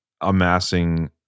amassing